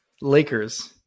Lakers